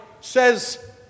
says